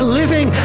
living